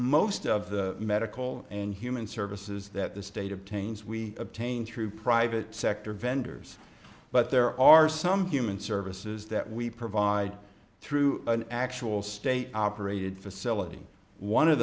most of the medical and human services that the state obtains we obtain through private sector vendors but there are some human services that we provide through an actual state operated facility one of